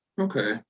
Okay